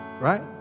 right